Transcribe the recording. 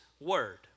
word